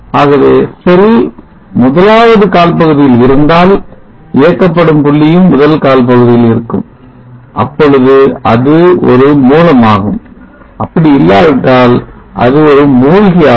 ஆகவே செல் முதலாவது கால் பகுதியில் இருந்தால் இயக்கப்படும் புள்ளி யும் முதல் கால் பகுதியில் இருக்கும் அப்பொழுது அது ஒரு மூலமாகும் அப்படி இல்லாவிட்டால் அது ஒரு மூழ்கியாகும்